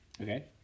Okay